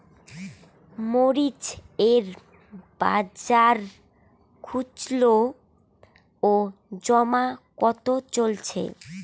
মরিচ এর বাজার খুচরো ও জমা কত চলছে?